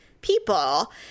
people